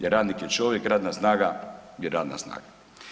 Jer radnik je čovjek, radna snaga je radna snaga.